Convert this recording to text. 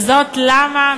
וזאת למה?